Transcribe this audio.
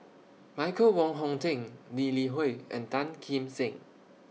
Michael Wong Hong Teng Lee Li Hui and Tan Kim Seng